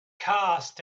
cast